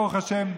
ברוך השם,